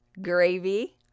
Gravy